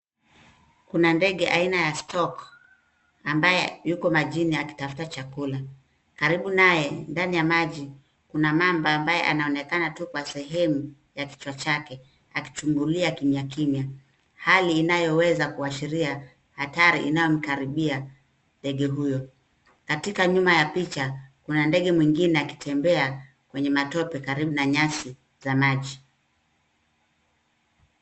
Kuna ndege aina ya stork ambaye yuko majini akitafuta chakula. Karibu naye, ndani ya maji, kuna mamba ambaye anaonekana tu kwa sehemu ya kichwa chake akichungulia kimya kimya, hali inayoweza kuashiria hatari inayomkaribia ndege huyo. Katika nyuma ya picha, kuna ndege mwingine akitembea kwenye matope karibu na nyasi za maji.